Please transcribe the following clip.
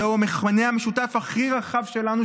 זהו המכנה המשותף הכי רחב שלנו,